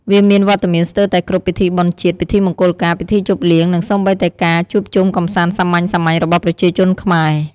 វាមានវត្តមានស្ទើរតែគ្រប់ពិធីបុណ្យជាតិ ពិធីមង្គលការ ពិធីជប់លៀង និងសូម្បីតែការជួបជុំកម្សាន្តសាមញ្ញៗរបស់ប្រជាជនខ្មែរ។